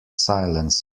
silence